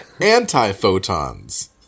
Anti-photons